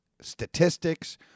statistics